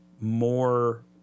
more